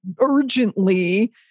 urgently